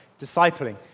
discipling